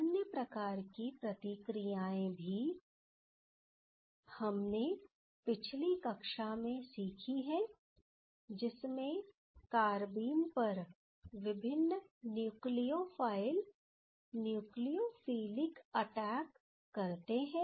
अन्य प्रकार की प्रतिक्रियाएं भी हमने पिछली कक्षा में सीखी हैं जिसमें कारबीन पर विभिन्न न्यूक्लियोफाइल न्यूक्लियोफिलिक अटैक करते है